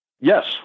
Yes